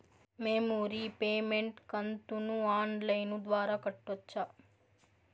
మేము రీపేమెంట్ కంతును online ద్వారా కట్టొచ్చా